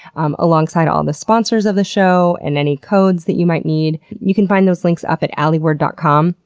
um alongside all the sponsors of the show and any codes that you might need. you can find those links up at alieward dot com